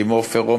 עם עפר,